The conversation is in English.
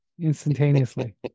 instantaneously